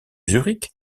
zurich